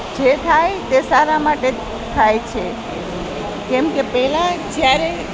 જે થાય તે સારા માટે જ થાય છે કેમકે પહેલાં જ્યારે